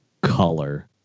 color